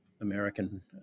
American